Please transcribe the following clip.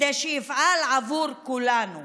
כדי שיפעל עבור כולנו.